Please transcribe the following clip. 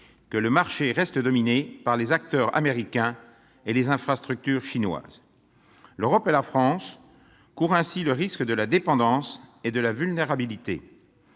que le marché reste dominé par les acteurs américains et les infrastructures chinoises. L'Europe et la France courent ainsi le risque de la dépendance et de la vulnérabilité.